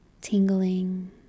tingling